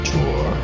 Tour